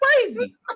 crazy